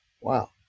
Wow